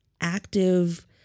active